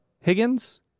higgins